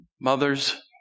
mothers